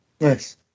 Nice